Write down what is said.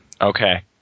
Okay